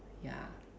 ya